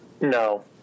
No